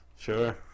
Sure